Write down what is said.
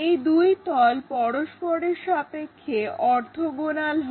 এই দুই তল পরস্পরের সাপেক্ষে অর্থোগোণাল হয়